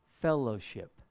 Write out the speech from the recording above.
fellowship